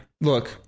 look